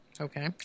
Okay